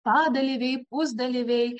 padalyviai pusdalyviai